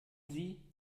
sie